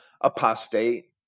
apostate